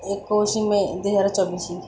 ଏକୋଇଶି ମେ ଦୁଇ ହଜାର ଚବିଶି